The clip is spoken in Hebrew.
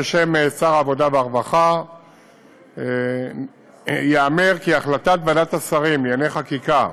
בשם שר העבודה והרווחה ייאמר כי החלטת ועדת השרים לענייני חקיקה,